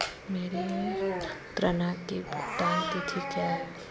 मेरे ऋण की भुगतान तिथि क्या है?